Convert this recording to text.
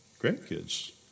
grandkids